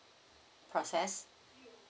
process